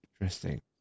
Interesting